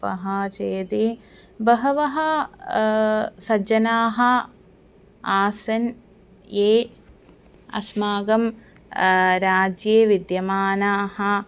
पः चेति बहवः सज्जनाः आसन् ये अस्माकं राज्ये विद्यमानान्